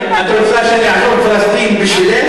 אני אטפל, את רוצה שאני אעזוב את פלסטין בשבילך?